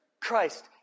Christ